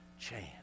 chance